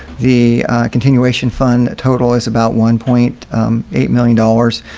the continuation fund total is about one point eight million dollars.